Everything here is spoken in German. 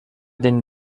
den